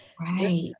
Right